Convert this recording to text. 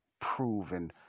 proven